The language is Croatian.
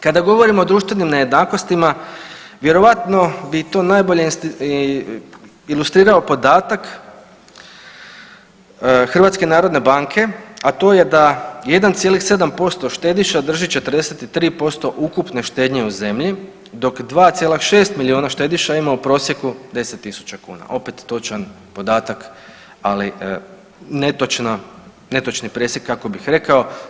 Kada govorimo o društvenim nejednakostima vjerovatno bi to najbolje ilustrirao podatak HNB-a, a to je da 1,7% štediša drži 43% ukupne štednje u zemlji dok 2,6 milijuna štediša ima u prosjeku 10.000 kuna, opet točan podatak, ali netočni presjek kako bih rekao.